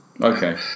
Okay